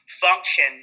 function